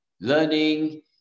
learning